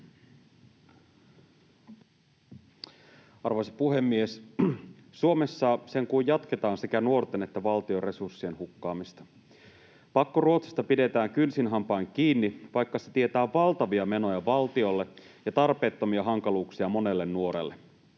Arvoisa puhemies! Suomessa sen kun jatketaan sekä nuorten että valtion resurssien hukkaamista. Pakkoruotsista pidetään kynsin hampain kiinni, vaikka se tietää valtavia menoja valtiolle ja tarpeettomia hankaluuksia monelle nuorelle.